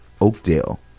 Oakdale